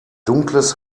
dunkles